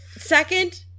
second